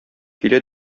килә